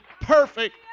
perfect